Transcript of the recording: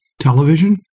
Television